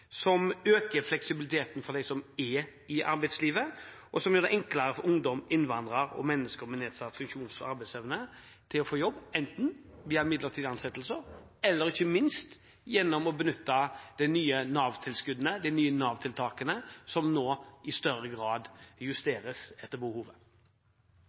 som øker fleksibiliteten for dem som er i arbeidslivet, og som gjør det enklere for ungdom, innvandrere og mennesker med nedsatt funksjons- og arbeidsevne å få jobb, enten via midlertidige ansettelser eller gjennom å benytte de nye Nav-tiltakene som nå i større grad justeres etter behovet.